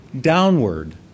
downward